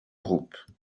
groupe